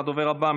הדובר הבא,